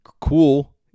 cool